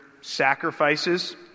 sacrifices